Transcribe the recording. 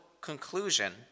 conclusion